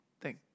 thank